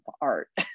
art